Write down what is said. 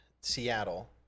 Seattle